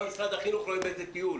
גם משרד החינוך רואה בזה טיול.